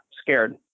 scared